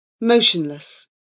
motionless